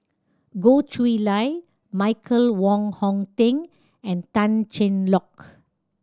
Goh Chiew Lye Michael Wong Hong Teng and Tan Cheng Lock